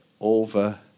over